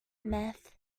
meth